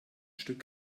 stück